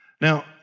Now